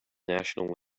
national